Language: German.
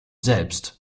selbst